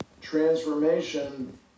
transformation